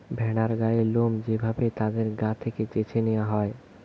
ভেড়ার গায়ের লোম যে ভাবে তাদের গা থেকে চেছে নেওয়া হয়